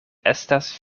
estas